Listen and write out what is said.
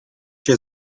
się